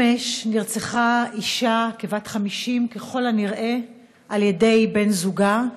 אמש נרצחה אישה כבת 50, ככל הנראה על ידי בן זוגה,